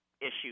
issues